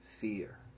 fear